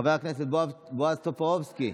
חבר הכנסת בועז טופורובסקי.